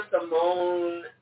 Simone